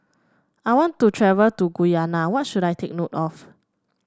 I want to travel to Guyana what should I take note of